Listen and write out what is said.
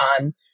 on